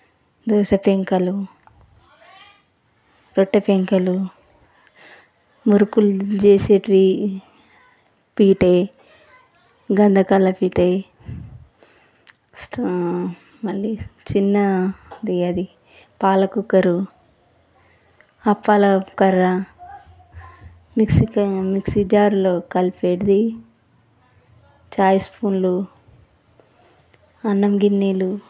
దోస పెంకలు రొట్టె పెంకలు మురుకులు చేసేటివి పీఠే గంధకాల పీఠే మళ్ళి చిన్నది అది పాల కుక్కరు అప్పల కర్రా మిక్సీ మిక్సీ జారులో కలిపేటిది చాయ్ స్పూన్లు అన్నం గిన్నెలు